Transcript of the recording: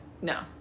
No